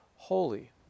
holy